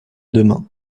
demain